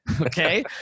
Okay